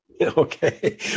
Okay